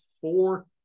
four